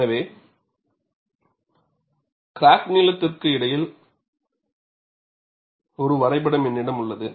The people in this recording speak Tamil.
எனவே கிராக் நீளத்திற்கு இடையில் ஒரு வரைபடம் என்னிடம் உள்ளது